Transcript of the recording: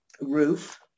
roof